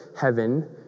heaven